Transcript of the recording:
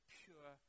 pure